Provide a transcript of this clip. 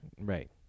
Right